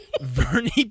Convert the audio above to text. Vernie